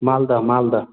Malda Malda